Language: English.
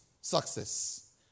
success